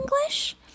English